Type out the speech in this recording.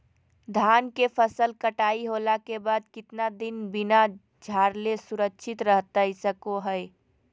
धान के फसल कटाई होला के बाद कितना दिन बिना झाड़ले सुरक्षित रहतई सको हय?